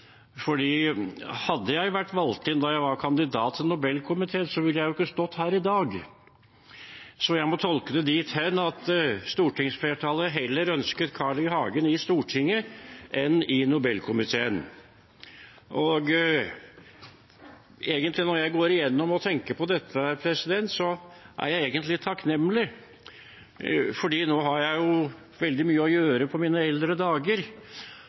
kandidat til Nobelkomiteen, ville jeg jo ikke stått her i dag. Jeg må tolke det dit hen at stortingsflertallet heller ønsket Carl I. Hagen i Stortinget enn i Nobelkomiteen. Når jeg går igjennom og tenker på dette, er jeg egentlig takknemlig, for nå har jeg jo veldig mye å gjøre på mine eldre dager.